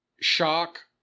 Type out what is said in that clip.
Shock